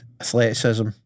athleticism